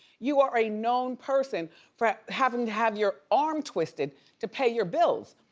you are a known person for having to have your arm twisted to pay your bills.